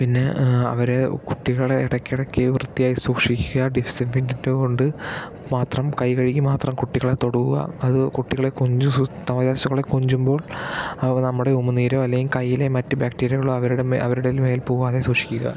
പിന്നെ അവര് കുട്ടികളെ ഇടയ്ക്കിടയ്ക്ക് വൃത്തിയായി സൂക്ഷിക്കുക ഡിസിൻഫെക്റ്റന്റ് കൊണ്ട് മാത്രം കൈ കഴുകി മാത്രം കുട്ടികളെ തൊടുക അത് കുട്ടികളെ വൈറസുകളെ കൊഞ്ചുമ്പോൾ അവ നമ്മുടെ ഉമിനീരോ അല്ലെങ്കിൽ കയ്യിലെ മറ്റു ബാക്ടീരികളോ അവരുടെ മേ അവരുടെ മേൽ പോവാതെ സൂക്ഷിക്കുക